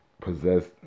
possessed